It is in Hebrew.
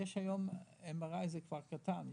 היום MRI זה כבר קטן,